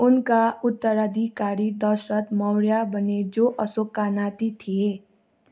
उनका उत्तराधिकारी दशरथ मौर्य बने जो अशोकका नाति थिए